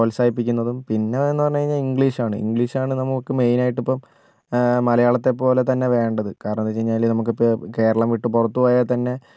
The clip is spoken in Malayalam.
പ്രോത്സാഹിപ്പിക്കുന്നതും പിന്നെ ഇതെന്ന് പറഞ്ഞ് കഴിഞ്ഞാൽ ഇംഗ്ലീഷാണ് ഇംഗ്ലീഷാണ് നമുക്ക് മെയിൻ ആയിട്ടിപ്പം മലയാളത്തെപ്പോലെ തന്നെ വേണ്ടത് കാരണെന്താന്ന് വെച്ചു കഴിഞ്ഞാൽ നമുക്കിപ്പോൾ കേരളം വിട്ടു പോയാൽത്തന്നെ